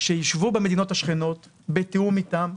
שישבו במדינות השכנות בתיאום איתם.